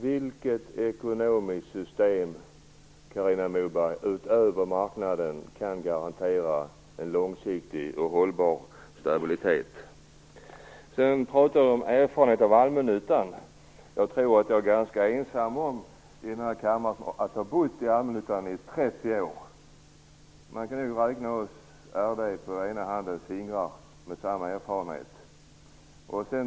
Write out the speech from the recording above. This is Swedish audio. Vilket ekonomiskt system utöver marknaden kan garantera en långsiktig och hållbar stabilitet, Carina Moberg? Det har talats om erfarenhet av allmännyttan. Jag tror att jag är ganska ensam i denna kammare om att ha bott i allmännyttan i 30 år. Man kan med ena handens fingrar räkna dem med samma erfarenhet.